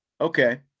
okay